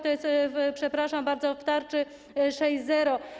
To jest, przepraszam bardzo, w tarczy 6.0.